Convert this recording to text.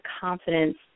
confidence